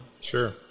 sure